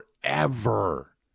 forever